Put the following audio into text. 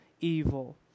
evil